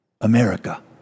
America